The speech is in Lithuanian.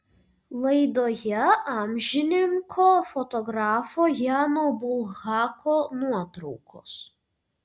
laidoje amžininko fotografo jano bulhako nuotraukos